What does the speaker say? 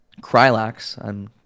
Krylax